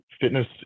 fitness